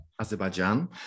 Azerbaijan